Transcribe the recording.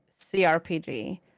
crpg